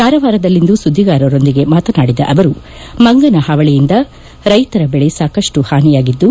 ಕಾರವಾರದಲ್ಲಿಂದು ಸುದ್ದಿಗಾರರೊಂದಿಗೆ ಮಾತನಾಡಿದ ಅವರು ಮಂಗನ ಹಾವಳಿಯಿಂದ ರೈತರ ಬೆಳೆ ಸಾಕಷ್ಟು ಹಾನಿಯಾಗಿದ್ದು